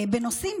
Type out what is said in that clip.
בנושאים,